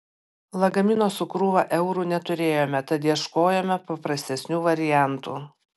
lagamino su krūva eurų neturėjome tad ieškojome paprastesnių variantų